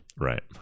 Right